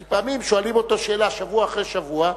כי פעמים שואלים אותה שאלה שבוע אחרי שבוע.